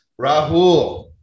Rahul